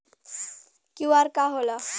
QR का होला?